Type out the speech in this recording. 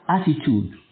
attitude